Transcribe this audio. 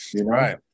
Right